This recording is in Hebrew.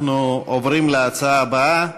אנחנו עוברים להצעה הבאה: